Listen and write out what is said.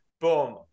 boom